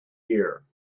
here